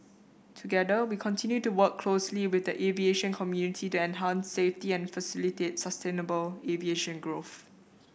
together we continue to work closely with the aviation community to enhance safety and facilitate sustainable aviation growth